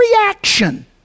reaction